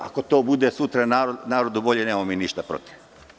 Ako to bude sutra narodu bolje, nemamo mi ništa protiv.